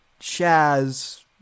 Chaz